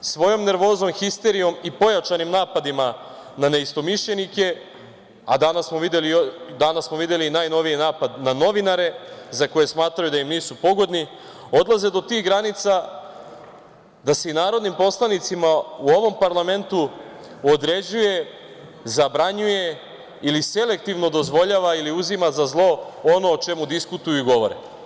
svojom nervozom, histerijom i pojačanim napadima na neistomišljenike, a danas smo videli i najnoviji napad na novinare za koje smatraju da im nisu pogodni, odlaze do tih granica da se i narodnim poslanicima u ovom parlamentu određuje, zabranjuje ili selektivno dozvoljava ili uzima za zlo ono o čemu diskutuju i govore.